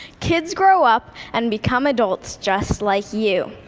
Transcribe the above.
kids grow up and become adults just like you.